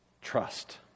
trust